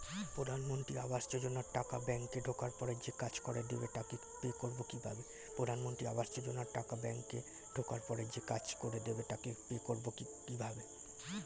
প্রধানমন্ত্রী আবাস যোজনার টাকা ব্যাংকে ঢোকার পরে যে কাজ করে দেবে তাকে পে করব কিভাবে?